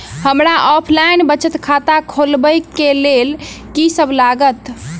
हमरा ऑफलाइन बचत खाता खोलाबै केँ लेल की सब लागत?